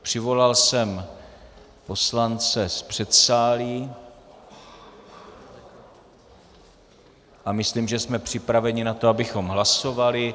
Přivolal jsem poslance z předsálí a myslím, že jsme připraveni na to, abychom hlasovali.